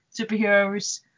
superheroes